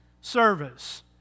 service